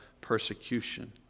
persecution